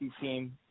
team